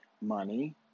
money